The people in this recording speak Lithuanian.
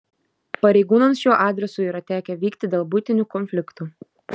pareigūnams šiuo adresu yra tekę vykti dėl buitinių konfliktų